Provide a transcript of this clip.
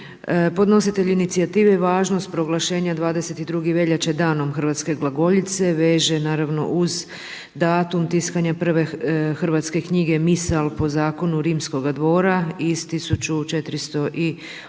Podnositelj inicijative važnost proglašenja 22. veljače Danom hrvatske glagoljice veže naravno uz datum tiskanja prve hrvatske knjige Misal po zakonu rimskoga dvora iz 1483.